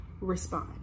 respond